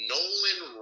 Nolan